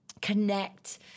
connect